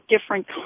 different